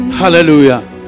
hallelujah